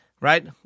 Right